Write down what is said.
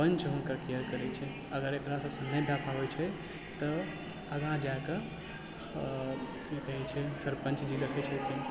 पञ्च हुनकर केयर करै छै अगर एक़रासभ सॅं नहि भए पाबै छै तऽ आगाँ जाय कहै छै सरपञचजी देख़ै छथिन